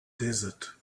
desert